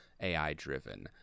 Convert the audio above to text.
AI-driven